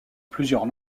plusieurs